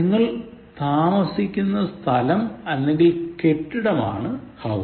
നിങ്ങൾ താമസിക്കുന്ന സ്ഥലം അല്ലെങ്ങിൽ കെട്ടിടം ആണ് house